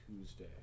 Tuesday